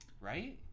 Right